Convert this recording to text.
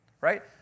Right